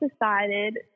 decided